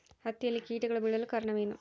ಹತ್ತಿಯಲ್ಲಿ ಕೇಟಗಳು ಬೇಳಲು ಕಾರಣವೇನು?